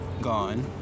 gone